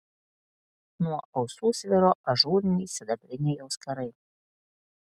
nuo ausų sviro ažūriniai sidabriniai auskarai